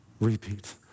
Repeat